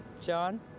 John